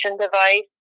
device